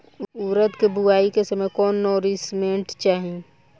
उरद के बुआई के समय कौन नौरिश्मेंट चाही?